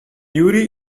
yuri